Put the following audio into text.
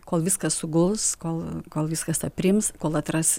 kol viskas suguls kol kol viskas aprims kol atras